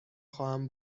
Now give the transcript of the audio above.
خواهم